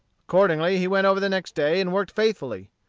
accordingly he went over the next day, and worked faithfully.